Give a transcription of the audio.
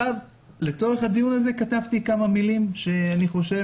לצורך הדיון הזה כתבתי כמה מילים שלדעתי,